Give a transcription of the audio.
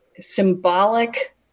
symbolic